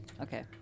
Okay